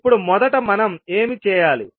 ఇప్పుడు మొదట మనం ఏమి చేయాలి